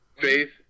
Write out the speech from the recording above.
Faith